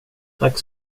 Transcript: tack